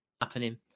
happening